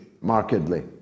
markedly